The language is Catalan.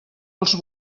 els